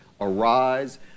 Arise